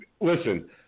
listen